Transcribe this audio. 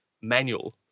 manual